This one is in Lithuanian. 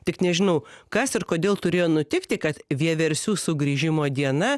tik nežinau kas ir kodėl turėjo nutikti kad vieversių sugrįžimo diena